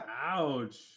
Ouch